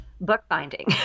Bookbinding